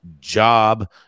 Job